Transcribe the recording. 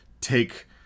take